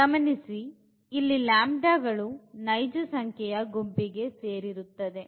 ಗಮನಿಸಿ λ ಗಳು ನೈಜ ಸಂಖ್ಯೆ ಯ ಗುಂಪಿಗೆ ಸೇರಿರುತ್ತದೆ